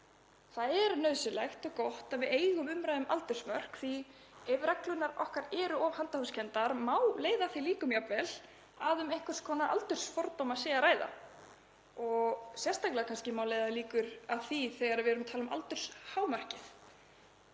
Það er nauðsynlegt og gott að við eigum umræðu um aldursmörk því að ef reglurnar okkar eru of handahófskenndar má jafnvel leiða að því líkur að um einhvers konar aldursfordóma sé að ræða og sérstaklega má leiða líkur að því þegar við erum að tala um aldurshámark.